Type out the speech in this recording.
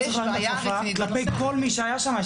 יש בעיה לגבי כל מי שהיה שם.